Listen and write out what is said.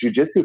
jujitsu